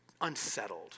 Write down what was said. Unsettled